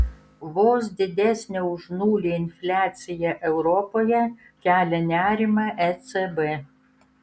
vos didesnė už nulį infliacija europoje kelia nerimą ecb